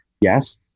yes